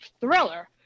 thriller